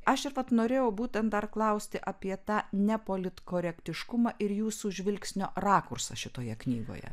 aš ir vat norėjau būtent dar klausti apie tą nepolitkorektiškumą ir jūsų žvilgsnio rakursą šitoje knygoje